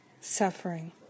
suffering